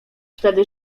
wtedy